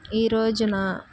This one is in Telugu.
ఈరోజున